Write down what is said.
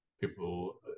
people